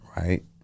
right